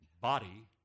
body